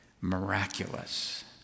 miraculous